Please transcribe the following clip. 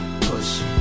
push